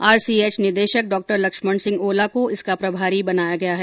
RCH निदेशक डॉ लक्ष्मण सिंह ओला को इसका प्रभारी बनाया गया है